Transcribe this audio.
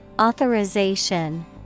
Authorization